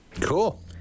Cool